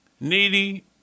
Needy